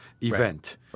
event